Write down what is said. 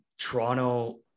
Toronto